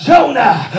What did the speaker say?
Jonah